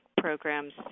programs